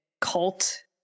cult